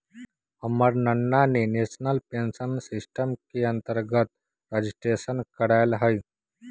हमर नना ने नेशनल पेंशन सिस्टम के अंतर्गत रजिस्ट्रेशन करायल हइ